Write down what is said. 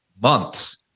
months